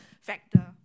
factor